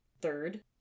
Third